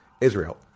Israel